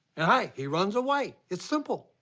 and, hey, he runs away. it's simple.